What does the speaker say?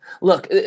look